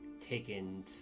taken